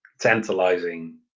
tantalizing